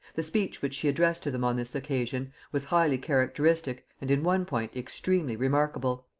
the speech which she addressed to them on this occasion was highly characteristic, and in one point extremely remarkable.